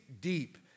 deep